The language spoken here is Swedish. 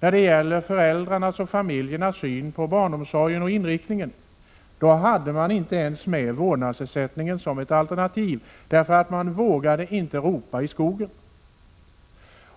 rörande föräldrarnas och familjernas syn på barnomsorgen och dess inriktning hade man inte ens vårdnadsersättningen med som ett alternativ. Man vågade inte ropa i skogen.